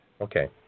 Okay